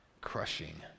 crushing